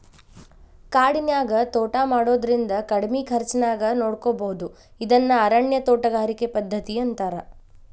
ಕಾಡಿನ್ಯಾಗ ತೋಟಾ ಮಾಡೋದ್ರಿಂದ ಕಡಿಮಿ ಖರ್ಚಾನ್ಯಾಗ ನೋಡ್ಕೋಬೋದು ಇದನ್ನ ಅರಣ್ಯ ತೋಟಗಾರಿಕೆ ಪದ್ಧತಿ ಅಂತಾರ